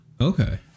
Okay